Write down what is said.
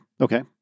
Okay